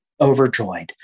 overjoyed